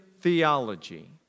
theology